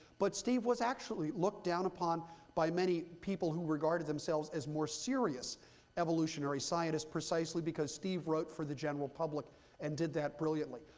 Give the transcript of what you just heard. but steve was actually look down upon by many people who regarded themselves as more serious evolutionary scientists, precisely because steve wrote for the general public and did that brilliantly.